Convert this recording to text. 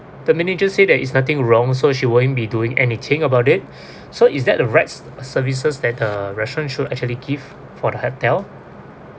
the manager say there is nothing wrong so she won't be doing any change about it so is that the right se~ services that a restaurant should actually give for the hotel